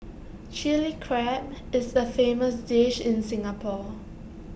Chilli Crab is A famous dish in Singapore